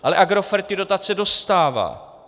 Ale Agrofert ty dotace dostává.